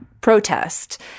protest